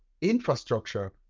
infrastructure